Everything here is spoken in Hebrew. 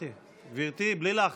בלי לחץ.